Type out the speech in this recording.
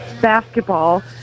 basketball